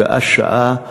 שעה-שעה,